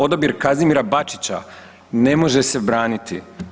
Odabir Kazimira Bačića ne može se braniti.